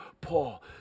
Paul